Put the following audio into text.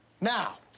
Now